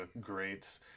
great